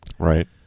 Right